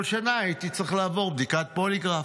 כל שנה הייתי צריך לעבור בדיקת פוליגרף.